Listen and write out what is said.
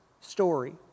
story